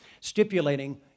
stipulating